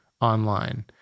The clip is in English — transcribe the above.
online